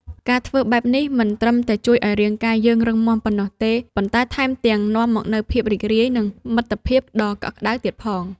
ការធ្វើបែបនេះ មិនត្រឹមតែជួយឱ្យរាងកាយយើងរឹងមាំប៉ុណ្ណោះទេ ប៉ុន្តែថែមទាំងនាំមកនូវភាពរីករាយ និងមិត្តភាពដ៏កក់ក្ដៅទៀតផង។